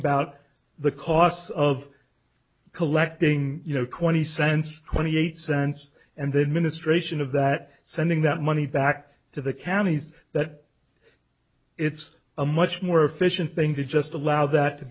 about the costs of collecting you know corny cents twenty eight cents and then ministration of that sending that money back to the counties that it's a much more efficient thing to just allow that to